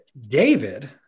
David